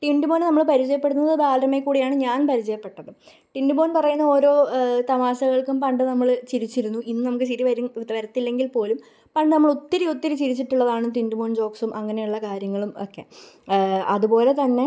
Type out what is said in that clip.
ടിന്റു മോനെ നമ്മൾ പരിചയപ്പെടുന്നത് ബാലരമയിൽ കൂടെയാണ് ഞാന് പരിചയപ്പെട്ടതും ടിന്റു മോന് പറയുന്ന ഓരോ തമാശകള്ക്കും പണ്ട് നമ്മൾ ചിരിച്ചിരുന്നു ഇന്ന് നമുക്ക് ചിരി വരും ഇപ്പം വരത്തില്ലെങ്കില് പോലും പണ്ട് നമ്മൾ ഒത്തിരിയൊത്തിരി ചിരിച്ചിട്ടുള്ളതാണ് ടിന്റു മോന് ജോക്സും അങ്ങനെയുള്ള കാര്യങ്ങളും ഒക്കെ അതുപോലെ തന്നെ